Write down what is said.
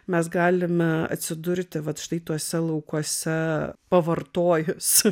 mes galime atsidurti vat štai tuose laukuose pavartojus